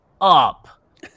up